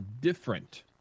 different